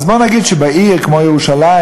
אז בוא נגיד שבעיר כמו ירושלים,